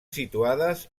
situades